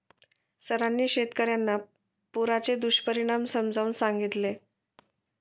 सरांनी शेतकर्यांना पुराचे दुष्परिणाम समजावून सांगितले